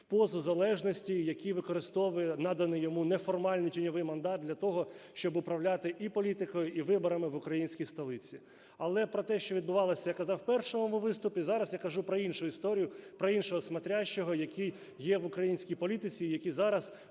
в позу залежності, який використовує наданий йому неформально тіньовий мандат для того, щоб управляти і політикою, і виборами в українській столиці. Але про те, що відбувалося, я казав в першому моєму виступі, зараз я кажу про іншу історію, про іншого "смотрящего", який є в українській політиці, який зараз